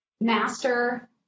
master